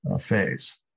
phase